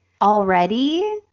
already